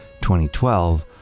2012